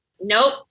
Nope